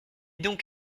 donc